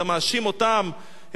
אתה מאשים אותם,